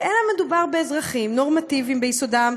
אלא מדובר באזרחים נורמטיביים ביסודם,